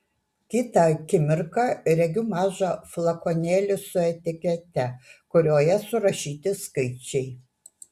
kitą akimirką regiu mažą flakonėlį su etikete kurioje surašyti skaičiai